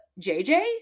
jj